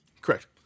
Correct